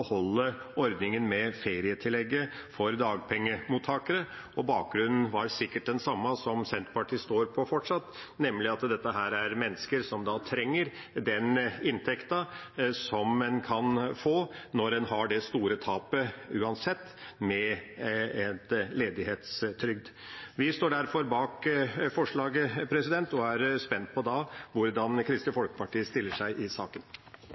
ordningen med ferietillegget for dagpengemottakere. Bakgrunnen var sikkert den samme som Senterpartiet står på fortsatt, nemlig at dette er mennesker som trenger den inntekten som en kan få når en uansett har det store tapet med ledighetstrygd. Vi står derfor bak forslaget og er spent på hvordan Kristelig Folkeparti stiller seg i saken.